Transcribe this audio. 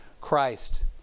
Christ